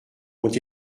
ont